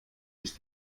ist